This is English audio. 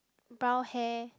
brown hair